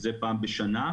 וזה פעם בשנה.